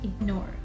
ignore